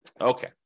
okay